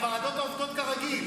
הוועדות עובדות כרגיל.